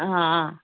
हां